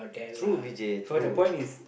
true Vijay true